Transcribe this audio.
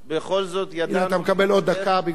הנה אתה מקבל עוד דקה כי אני הגעתי,